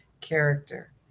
character